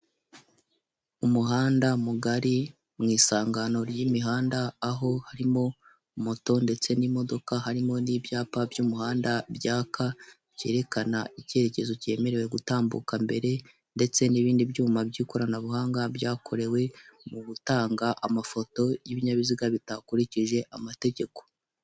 Umuhanda mugari mu isangano ry' imihanda, aho harimo moto ndetse n' imodoka harimo n' ibyapa by' umuhanda byaka byerekana ikerekezo kemerewe gutambuka mbere ndetse n' ibindi byuma by' ikoranabuhanga byakorewe mugutanga amafoto y' ibinyabiziga bitakurikije amategeko.